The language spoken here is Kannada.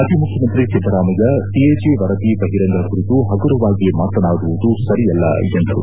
ಮಾಜಿ ಮುಖ್ಯಮಂತ್ರಿ ಸಿದ್ದರಾಮಯ್ಯ ಸಿಎಜಿ ವರದಿ ಬಹಿರಂಗ ಕುರಿತು ಪಗುರವಾಗಿ ಮಾತನಾಡುವುದು ಸರಿಯಲ್ಲ ಎಂದರು